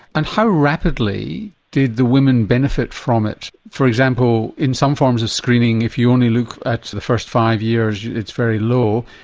and how rapidly did the women benefit from it, for example in some forms of screening if you only look at the first five years it's very low.